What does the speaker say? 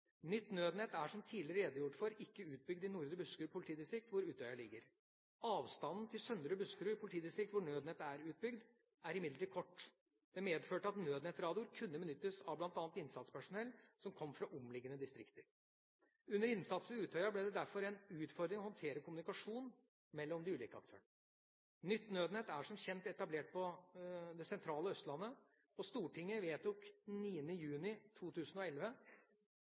Nytt nødnett er, som tidligere redegjort for, ikke utbygd i Nordre Buskerud politidistrikt, hvor Utøya ligger. Avstanden til Søndre Buskerud politidistrikt, hvor nødnettet er utbygd, er imidlertid kort. Det medførte at nødnettradioer kunne benyttes av bl.a. innsatspersonell som kom fra omliggende distrikter. Under innsatsen ved Utøya ble det derfor en utfordring å håndtere kommunikasjon mellom de ulike aktørene. Nytt nødnett er som kjent etablert på det sentrale Østlandet. Stortinget vedtok 9. juni 2011